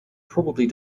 probably